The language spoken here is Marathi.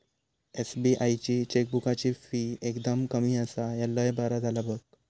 एस.बी.आई ची चेकबुकाची फी एकदम कमी आसा, ह्या लय बरा झाला बघ